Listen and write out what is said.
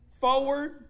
forward